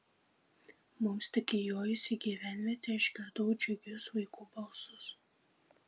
mums tik įjojus į gyvenvietę išgirdau džiugius vaikų balsus